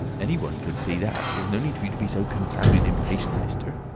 anyone could see that. there is no need for you to be so confounded impatient, mister.